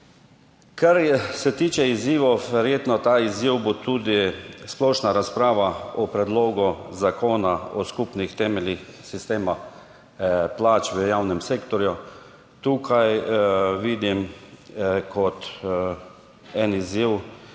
Kar se tiče izzivov, verjetno ta izziv bo tudi splošna razprava o Predlogu zakona o skupnih temeljih sistema plač v javnem sektorju. Tukaj vidim kot en izziv,